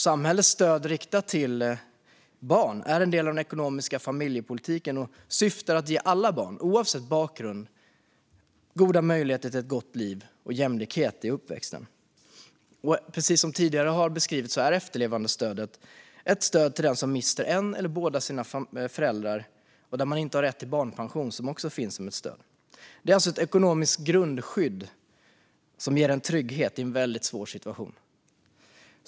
Samhällets stöd riktat till barn är en del av den ekonomiska familjepolitiken och syftar till att ge alla barn, oavsett bakgrund, goda möjligheter till ett gott liv och jämlikhet i uppväxten. Precis som tidigare har beskrivits är efterlevandestödet ett stöd till dem som mister en förälder eller båda sina föräldrar och som inte har rätt till barnpension, vilket också finns som ett stöd. Det är alltså ett ekonomiskt grundskydd som ger en trygghet i en väldigt svår situation.